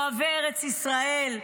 אוהבי ארץ ישראל,